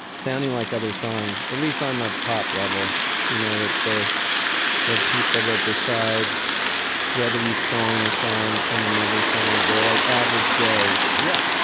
sounding like other songs, at least on the pop level you know that they're the people that decide whether you've stolen a song from another song. they're like average joes. yeah,